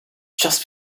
just